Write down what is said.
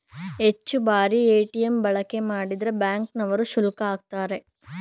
ಹೆಚ್ಚು ಬಾರಿ ಎ.ಟಿ.ಎಂ ಬಳಕೆ ಮಾಡಿದ್ರೆ ಬ್ಯಾಂಕ್ ನವರು ಶುಲ್ಕ ಆಕ್ತರೆ